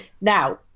Now